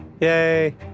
Yay